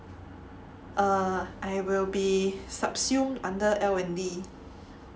err I will be subsumed under L and D